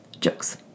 jokes